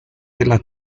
della